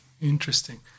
Interesting